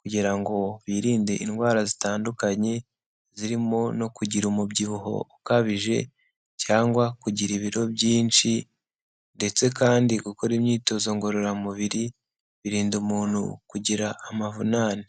kugira ngo birinde indwara zitandukanye zirimo no kugira umubyibuho ukabije, cyangwa kugira ibiro byinshi ndetse kandi gukora imyitozo ngororamubiri birinda umuntu kugira amavunane.